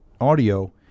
audio